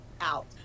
out